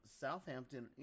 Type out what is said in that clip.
Southampton